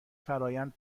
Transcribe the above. فرایند